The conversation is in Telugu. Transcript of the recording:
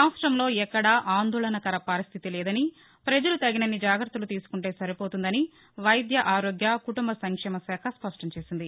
రాష్టంలో ఎక్కడా ఆందోళనకర పరిస్టితి లేదని ప్రజలు తగిన జాగ్రత్తలు తీసుకుంటే సరిపోతుందని వైద్య ఆరోగ్య కుటుంబ సంక్షేమ శాఖ స్పష్టంచేసింది